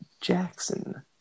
Jackson